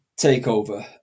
takeover